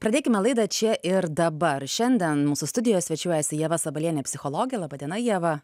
pradėkime laidą čia ir dabar šiandien mūsų studijoj svečiuojasi ieva sabalienė psichologė laba diena ieva